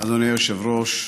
אדוני היושב-ראש,